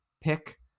pick